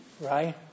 right